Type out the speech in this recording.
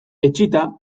etsita